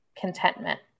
contentment